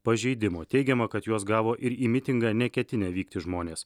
pažeidimo teigiama kad juos gavo ir į mitingą neketinę vykti žmonės